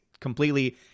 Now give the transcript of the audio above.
completely